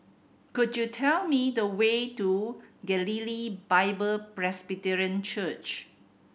could you tell me the way to Galilee Bible Presbyterian Church